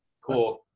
cool